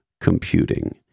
computing